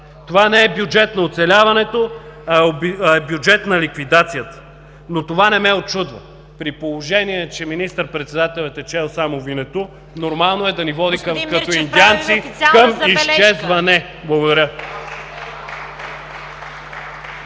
Това не е бюджет на оцеляването, а е бюджет на ликвидацията, но това не ме учудва. При положение, че министър-председателят е чел само „Винету“, нормално е да ни води като индианци към изчезване. Благодаря.